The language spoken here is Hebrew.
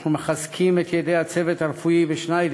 אנחנו מחזקים את ידי הצוות הרפואי בבית-החולים שניידר",